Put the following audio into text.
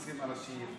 20 אנשים.